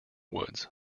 woods